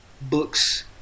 books